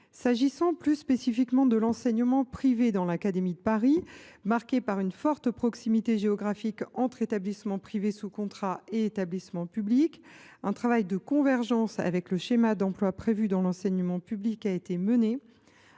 concerne plus spécifiquement l’enseignement privé dans l’académie de Paris, qui est marquée par une forte proximité géographique entre établissements privés sous contrat et établissements publics, un travail de convergence avec le schéma d’emplois prévu dans l’enseignement public a été mené,